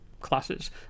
classes